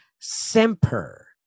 semper